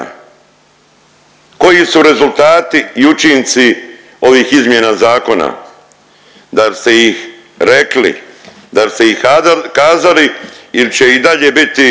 Koji su rezultati i učinci ovih izmjena zakona? Da biste ih rekli, da biste ih kazali il će i dalje biti